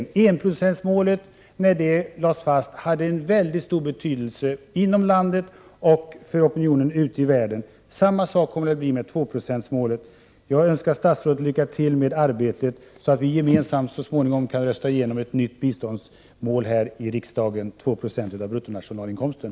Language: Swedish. När enprocentsmålet lades fast hade det en mycket stor betydelse inom landet och för opinionen ute i världen. Samma sak kommer det att bli med tvåprocentsmålet. Jag önskar statsrådet lycka till med arbetet, så att vi så småningom gemensamt kan rösta igenom ett nytt biståndsmål här i riksdagen, dvs. 2 9o av bruttonationalinkomsten.